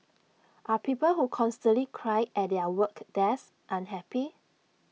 are people who constantly cry at their work desk unhappy